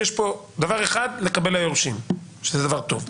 יש פה דבר אחד לגבי היורשים, שזה דבר טוב.